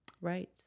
Right